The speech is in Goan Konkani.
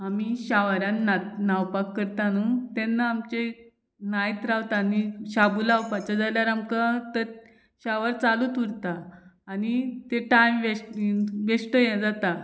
आमी शावरान न्हाव न्हावपाक करता न्हू तेन्ना आमचे नायत रावता आनी शाबू लावपाचो जाल्यार आमकां शावर चालूच उरता आनी ते टायम वेस्ट बीन बेश्टें यें जाता